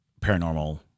paranormal